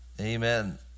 Amen